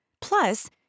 Plus